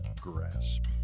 grasp